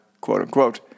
quote-unquote